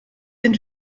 sind